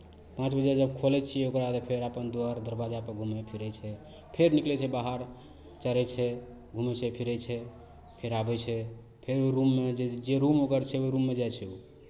पाँच बजे जब खोलै छियै ओकरा तऽ फेर अपन दुआरि दरवाजापर घूमै फिरै छै फेर निकलै छै बाहर चरै छै घूमै छै फिरै छै फेर आबै छै फेर रूममे जे रूम ओकर छै ओहि रूममे जाइ छै ओ